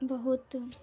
बहुत